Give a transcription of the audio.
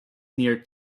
near